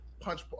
punch